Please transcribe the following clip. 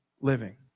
living